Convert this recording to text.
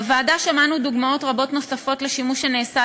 בוועדה שמענו דוגמאות רבות נוספות לשימוש לרעה שנעשה